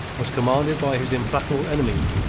was commanded by his implacable enemy,